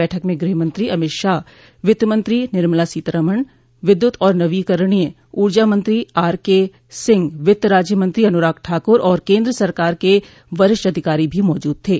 बैठक में गृह मंत्री अमित शाह वित्तमंत्री निर्मला सीतारामन विद्युत और नवीकरणोय ऊर्जा मंत्री आरके सिंह वित्त राज्य मंत्री अनुराग ठाकर और केन्द्र सरकार के वरिष्ठ अधिकारी भी मौजूद थे